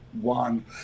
one